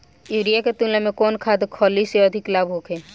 Urea के तुलना में कौन खाध खल्ली से अधिक लाभ होखे?